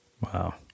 Wow